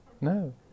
no